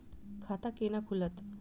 खाता केना खुलत?